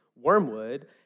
Wormwood